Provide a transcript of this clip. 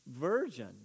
virgin